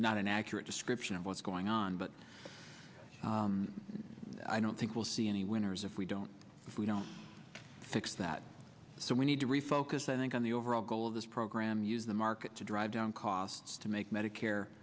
not an accurate description of what's going on but i don't think we'll see any winners if we don't if we don't fix that so we need to refocus i think on the overall goal of this program use the market to drive down costs to make medicare